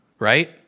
Right